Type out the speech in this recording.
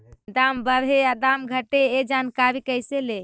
दाम बढ़े या दाम घटे ए जानकारी कैसे ले?